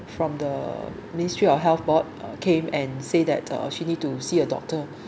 from the ministry of health board came and say that uh she needs to see a doctor